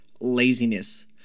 laziness